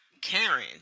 Karen